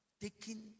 taking